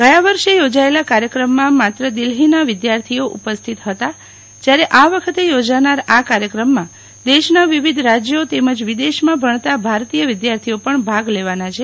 ગયા વર્ષે યોજાયેલા કાર્યક્રમમાં માત્ર દિલ્હીના વિદ્યાર્થીઓ ઉપસ્થિત હતા જ્યારે આ વખતે યોજનાર આ કાર્યક્રમમાં દેશના વિવિધ રાજ્યો તેમજ વિદેશમાં ભજ્ઞતા ભારતીય વિદ્યાર્થીઓ પણ ભાગ લેવાના છે